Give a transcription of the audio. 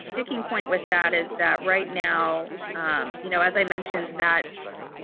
sticking point with that is that right now you know as i mentioned that